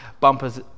bumpers